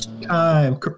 time